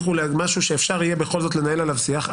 משהו שבכל זאת אפשר יהיה לנהל עליו שיח,